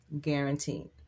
Guaranteed